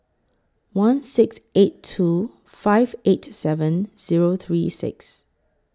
one six eight two five eight seven Zero three six